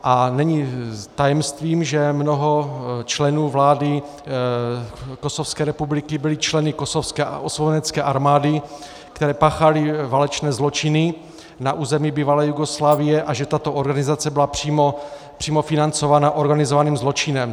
A není tajemstvím, že mnoho členů vlády Kosovské republiky bylo členy Kosovské osvobozenecké armády, která páchala válečné zločiny na území bývalé Jugoslávie, a že tato organizace byla přímo financovaná organizovaným zločinem.